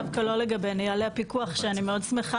דווקא לא לגבי נהלי הפיקוח שאני מאוד שמחה